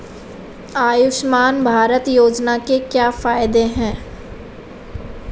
आयुष्मान भारत योजना के क्या फायदे हैं?